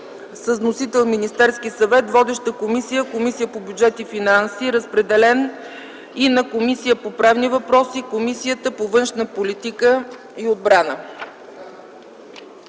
Вносител – Министерският съвет. Водеща комисия – Комисията по бюджет и финанси. Разпределен е и на: Комисията по правни въпроси и Комисията по външна политика и отбрана.